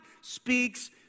speaks